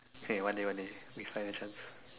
okay one day one day we find a chance